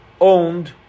owned